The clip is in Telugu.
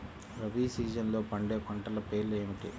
రబీ సీజన్లో పండే పంటల పేర్లు ఏమిటి?